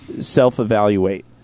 self-evaluate